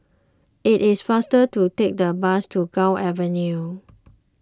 it is faster to take the bus to Gul Avenue